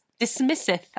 dismisseth